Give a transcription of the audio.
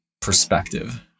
perspective